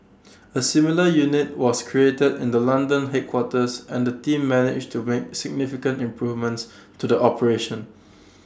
A similar unit was created in the London headquarters and the team managed to make significant improvements to the operations